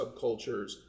subcultures